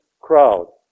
crowd